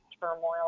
turmoil